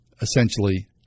essentially